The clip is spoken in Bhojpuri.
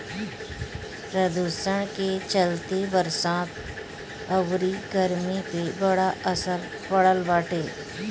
प्रदुषण के चलते बरसात अउरी गरमी पे बड़ा असर पड़ल बाटे